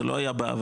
זה לא היה בעבר.